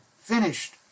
finished